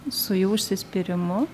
su jų užsispyrimu